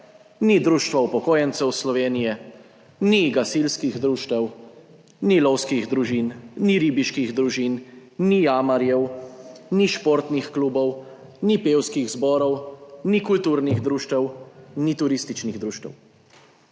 ni Društva upokojencev Slovenije, ni gasilskih društev, ni lovskih družin, ni ribiških družin, ni jamarjev, ni športnih klubov ni pevskih zborov, ni kulturnih društev, ni turističnih društev.